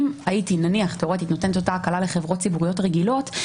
נניח אם הייתי נותנת אותה הקלה לחברות ציבוריות רגילות,